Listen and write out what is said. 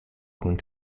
kun